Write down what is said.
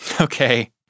Okay